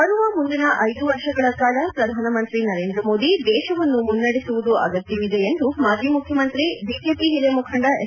ಬರುವ ಮುಂದಿನ ಐದು ವರ್ಷಗಳ ಕಾಲ ಪ್ರಧಾನಮಂತ್ರಿ ನರೇಂದ್ರ ಮೋದಿ ದೇಶವನ್ನು ಮುನ್ನಡೆಸುವುದು ಅಗತ್ಯವಿದೆ ಎಂದು ಮಾಜಿ ಮುಖ್ಯಮಂತ್ರಿ ಬಿಜೆಪಿ ಹಿರಿಯ ಮುಖಂಡ ಎಸ್